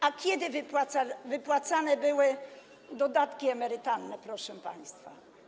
A kiedy wypłacane były dodatki emerytalne, proszę państwa?